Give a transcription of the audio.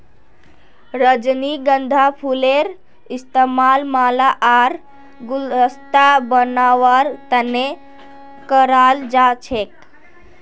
रजनीगंधार फूलेर इस्तमाल माला आर गुलदस्ता बनव्वार तने कराल जा छेक